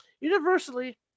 Universally